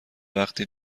وقتی